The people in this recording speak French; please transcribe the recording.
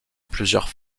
plusieurs